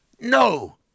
No